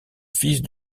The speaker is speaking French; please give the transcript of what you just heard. fils